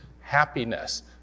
happiness